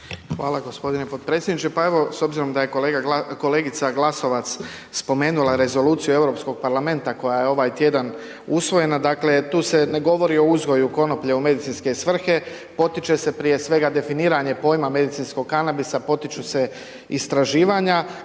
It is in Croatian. Hvala gospodine potpredsjedniče. Pa evo s obzirom da je kolegica Glasovac spomenula rezoluciju Europskog parlamenta koja je ovaj tjedan usvojena, dakle tu se ne govori o uzgoju konoplje u medicinske svrhe, potiče se prije svega definiranje pojma medicinskog kanabisa, potiču se istraživanja.